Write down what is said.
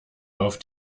auf